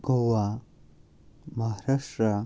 Goa Maharashtra